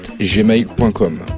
gmail.com